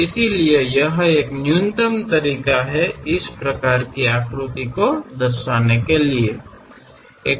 ಆದ್ದರಿಂದ ಇದು ಅಂಕಿಅಂಶಗಳನ್ನು ಪ್ರತಿನಿಧಿಸುವ ಪ್ರಾತಿನಿಧ್ಯದ ಕನಿಷ್ಠ ಮಾರ್ಗವಾಗಿದೆ